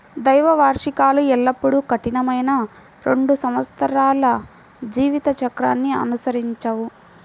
ద్వైవార్షికాలు ఎల్లప్పుడూ కఠినమైన రెండు సంవత్సరాల జీవిత చక్రాన్ని అనుసరించవు